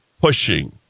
pushing